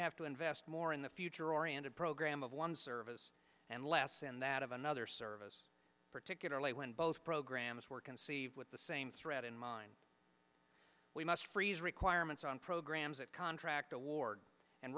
have to invest more in the future oriented program of one service and less and that of another service particularly when both programs were conceived with the same threat in mind we must freeze requirements on programs that contract award and